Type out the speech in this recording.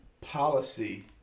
policy